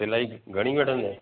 सिलाई घणी वठंदे